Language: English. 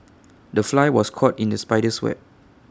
the fly was caught in the spider's web